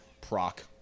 proc